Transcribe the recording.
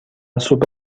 سوپ